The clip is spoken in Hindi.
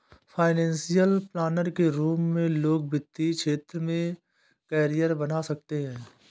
फाइनेंशियल प्लानर के रूप में लोग वित्तीय क्षेत्र में करियर बना सकते हैं